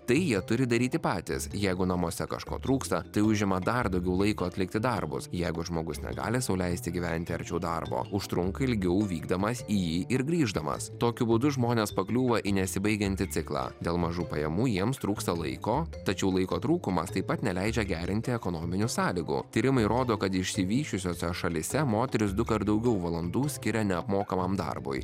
tai jie turi daryti patys jeigu namuose kažko trūksta tai užima dar daugiau laiko atlikti darbus jeigu žmogus negali sau leisti gyventi arčiau darbo užtrunka ilgiau vykdamas į jį ir grįždamas tokiu būdu žmonės pakliūva į nesibaigiantį ciklą dėl mažų pajamų jiems trūksta laiko tačiau laiko trūkumas taip pat neleidžia gerinti ekonominių sąlygų tyrimai rodo kad išsivysčiusiose šalyse moterys dukart daugiau valandų skiria neapmokamam darbui